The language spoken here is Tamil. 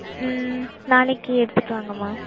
ம் நாளைக்கு எடுத்துகிட்டு வாங்கம்மா